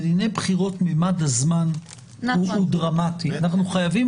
בדיני בחירות ממד הזמן הוא דרמטי ואנחנו חייבים